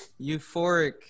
Euphoric